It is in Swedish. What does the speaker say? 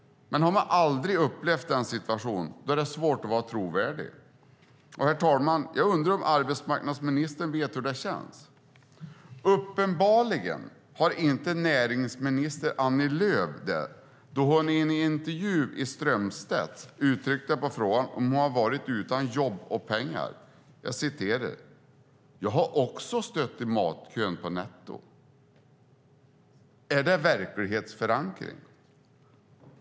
Men har man aldrig upplevt den situationen är det svårt att vara trovärdig. Jag undrar om arbetsmarknadsministern vet hur det känns, herr talman. Uppenbarligen vet näringsminister Annie Lööf inte det. I en intervju med Strömstedt svarade hon på frågan om hon varit utan jobb och pengar: Jag har också stått i matkön på Netto. Är det verklighetsförankring?